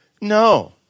No